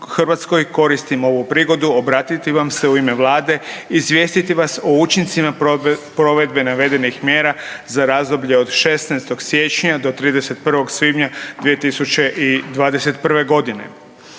koristim ovu prigodu obratiti vam se u ime vlade i izvijestiti vas o učincima provedbe navedenih mjera za razdoblje od 16. siječnja do 31. svibnja 2021.g.